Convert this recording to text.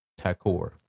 Takor